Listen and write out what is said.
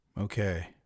Okay